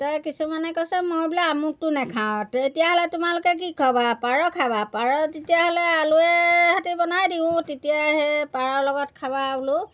তেই কিছুমানে কৈছে মই বোলে আমুকটো নাখাওঁ তেতিয়াহ'লে তোমালোকে কি খাবা পাৰ খাবা পাৰ তেতিয়াহ'লে আলুৰে সৈতে বনাই দিওঁ তেতিয়া সেই পাৰৰ লগত খাবা বোলো